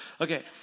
Okay